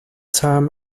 term